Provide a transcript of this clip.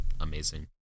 amazing